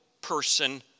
person